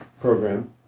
program